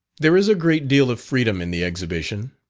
there is a great deal of freedom in the exhibition.